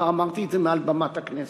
כבר אמרתי את זה מעל במת הכנסת,